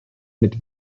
mit